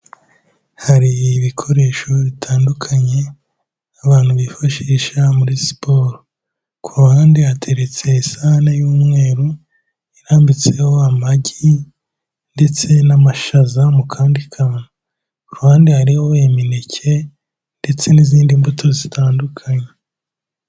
Hari ibikoresho bitandukanye, abantu bifashisha muri siporo. Ku ruhande hateretse isahane y'umweru, irambitseho amagi ndetse n'amashaza mu kandi kantu. Ku ruhande hariho imineke ndetse n'izindi mbuto zitandukanye.